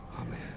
Amen